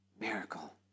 miracle